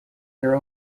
their